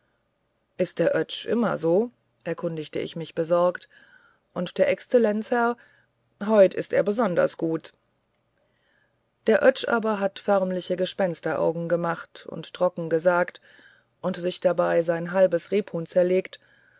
is der oetsch immer so erkundige ich mich besorgt und der exzellenzherr heut is er besonders gut der oetsch aber hat förmliche gespensteraugen gemacht und trocken gesagt und sich dabei sein halbes rebhuhn zerlegt